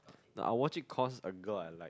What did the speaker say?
no I watch it cause a girl I like